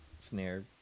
snare